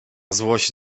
złość